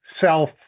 self